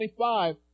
25